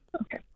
okay